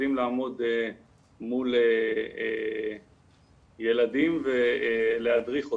יודעים לעמוד מול ילדים ולהדריך אותם.